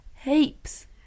heaps